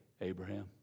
Abraham